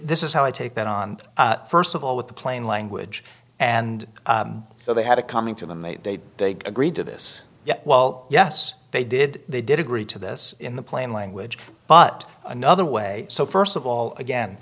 this is how i take that on first of all with the plain language and so they had it coming to them they they agreed to this yet well yes they did they did agree to this in the plain language but another way so first of all again